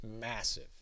massive